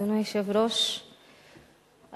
אדוני היושב-ראש,